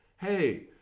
Hey